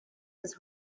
his